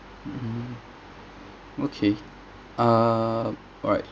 mm okay uh alright